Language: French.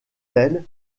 tel